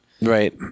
Right